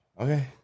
Okay